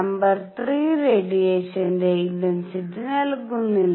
number 3 റേഡിയേഷന്റെ intensity നൽകുന്നില്ല